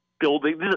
Building